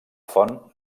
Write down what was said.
font